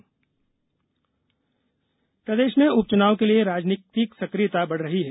उप चुनाव प्रदेश में उप चुनाव के लिये राजनीतिक सक्रियता बढ़ रही है